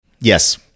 Yes